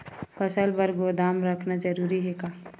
फसल बर गोदाम रखना जरूरी हे का?